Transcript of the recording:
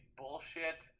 bullshit